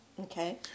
Okay